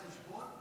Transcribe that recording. בראיית חשבון?